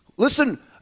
Listen